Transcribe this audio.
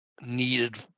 needed